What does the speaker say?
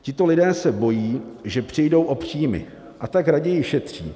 Tito lidé se bojí, že přijdou o příjmy, a tak raději šetří.